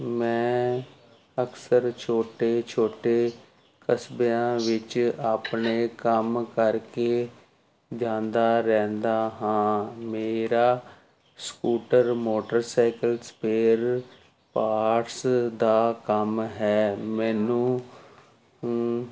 ਮੈਂ ਅਕਸਰ ਛੋਟੇ ਛੋਟੇ ਕਸਬਿਆਂ ਵਿੱਚ ਆਪਣੇ ਕੰਮ ਕਰਕੇ ਜਾਂਦਾ ਰਹਿੰਦਾ ਹਾਂ ਮੇਰਾ ਸਕੂਟਰ ਮੋਟਰਸਾਈਕਲ ਸਪੇਅਰ ਪਾਰਟਸ ਦਾ ਕੰਮ ਹੈ ਮੈਨੂੰ ਹੁੰ